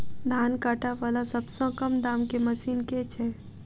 धान काटा वला सबसँ कम दाम केँ मशीन केँ छैय?